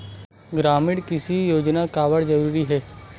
ग्रामीण कृषि योजना काबर जरूरी हे?